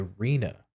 arena